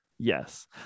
Yes